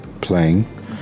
playing